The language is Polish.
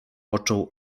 począł